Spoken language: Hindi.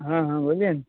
हाँ हाँ बोलिए न